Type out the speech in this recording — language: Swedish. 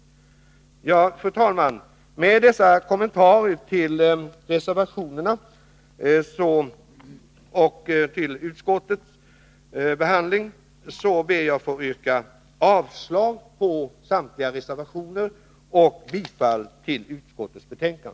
Med dessa kommentarer till reservationerna och till utskottens behandling ber jag att få yrka avslag på samtliga reservationer och bifall till utskottens hemställan.